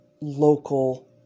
local